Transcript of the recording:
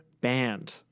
Banned